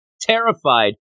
terrified